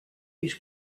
his